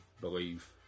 believe